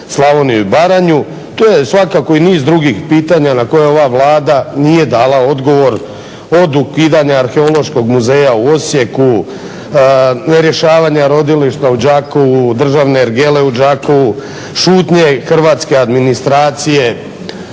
Slavoniju i Baranju. Tu je svakako i niz drugih pitanja na koje ova Vlada nije dala odgovor, od ukidanja Arheološkog muzeja u Osijeku, nerješavanja rodilišta u Đakovu, državne ergele u Đakovu, šutnje hrvatske administracije